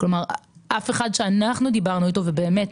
אף אחד שאנחנו דיברנו איתו ובאמת